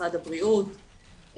משרד הבריאות,